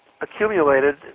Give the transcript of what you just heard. accumulated